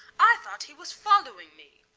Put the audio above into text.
i thought he was following me.